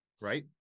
right